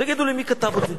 תגידו לי מי כתב את זה: